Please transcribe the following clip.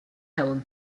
helene